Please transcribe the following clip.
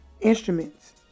instruments